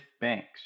banks